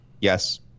yes